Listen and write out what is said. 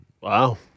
Wow